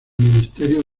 ministerio